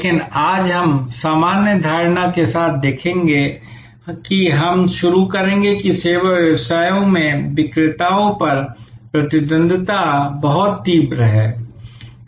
लेकिन आज हम सामान्य धारणा के साथ देखेंगे हम शुरू करेंगे कि सेवा व्यवसायों में विक्रेताओं पर प्रतिद्वंद्विता बहुत तीव्र है